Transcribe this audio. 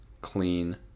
clean